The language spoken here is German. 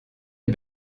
der